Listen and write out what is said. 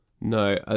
no